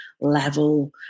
level